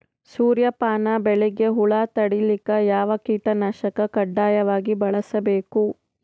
ಸೂರ್ಯಪಾನ ಬೆಳಿಗ ಹುಳ ತಡಿಲಿಕ ಯಾವ ಕೀಟನಾಶಕ ಕಡ್ಡಾಯವಾಗಿ ಬಳಸಬೇಕು?